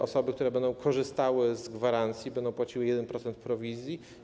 Osoby, które będą korzystały z gwarancji, będą płaciły 1% prowizji.